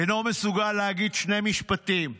שאינו מסוגל להגיד שני משפטים: